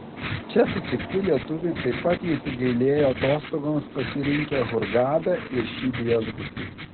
čia sutikti lietuviai taip pat nesigailėjo atostogoms pasirinkę hurgadą ir šį viešbutį